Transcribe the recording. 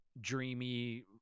dreamy